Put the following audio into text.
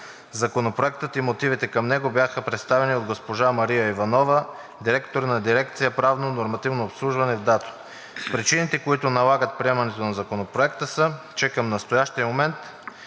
Законопроектът и мотивите към него бяха представени от госпожа Мария Иванова – директор на дирекция „Правно нормативно обслужване“ в ДАТО. Причините, които налагат приемането на Законопроекта, са, че към настоящия момент